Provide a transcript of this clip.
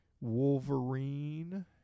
Wolverine